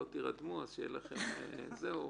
לא תכנס ההכרה לתוקף עד לקבלת החלטת רשם ההוצאה לפועל.